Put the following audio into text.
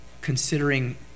considering